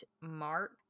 Mark